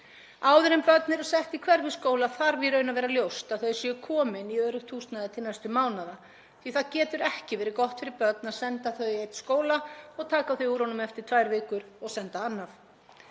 Áður en börn eru sett í hverfisskóla þarf í raun að vera ljóst að þau séu komin í öruggt húsnæði til næstu mánaða því það getur ekki verið gott fyrir börn að senda þau í einn skóla og taka þau úr honum eftir tvær vikur og senda annað.